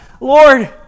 Lord